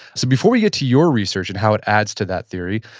so before we get to your research and how it adds to that theory,